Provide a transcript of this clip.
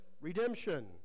Redemption